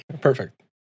Perfect